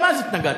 גם אז התנגדנו.